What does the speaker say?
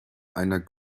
einer